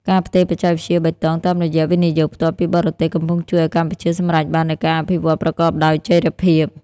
ការផ្ទេរបច្ចេកវិទ្យាបៃតង តាមរយៈ វិនិយោគផ្ទាល់ពីបរទេស កំពុងជួយឱ្យកម្ពុជាសម្រេចបាននូវការអភិវឌ្ឍប្រកបដោយចីរភាព។